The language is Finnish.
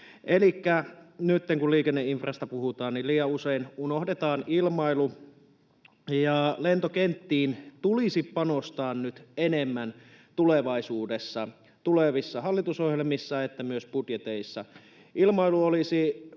Nytten kun liikenneinfrasta puhutaan, liian usein unohdetaan ilmailu, ja lentokenttiin tulisi panostaa nyt enemmän tulevaisuudessa, sekä tulevissa hallitusohjelmissa että myös budjeteissa.